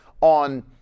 on